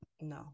no